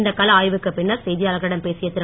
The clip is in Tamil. இந்த கள ஆய்வுக்கு பின்னர் செய்தியாளர்களிடம் பேசிய திரு